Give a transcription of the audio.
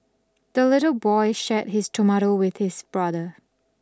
the little boy shared his tomato with his brother